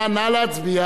נא להצביע.